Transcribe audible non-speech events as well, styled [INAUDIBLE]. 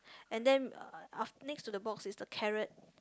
[BREATH] and then uh af~ next to the box is the carrot